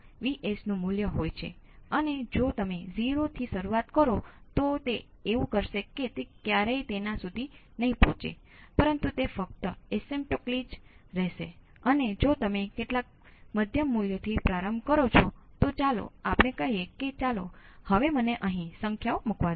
તેથી તમે બધા અવરોધને ઓપન સર્કિટમાં રાખો છો અને સર્કિટ વિશ્લેષણ કરો જ્યારે તમારી પાસે વોલ્ટેજ સ્રોત કેપેસિટર લૂપ્સ હોય ત્યારે તમારે તેને તકના આધારે કરવું પડે છે જે કહેવા જેવું જ છે કે તમે વિદ્યુત પ્રવાહ ના ડેલ્ટા ફંક્શન્સ ના આધારે મેળવો છો